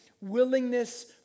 willingness